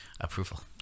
approval